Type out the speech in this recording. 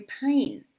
pain